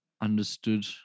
understood